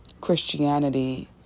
Christianity